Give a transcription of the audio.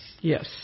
Yes